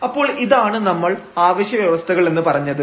അപ്പോൾ ഇതാണ് നമ്മൾ ആവശ്യ വ്യവസ്ഥകൾ എന്ന് പറഞ്ഞത്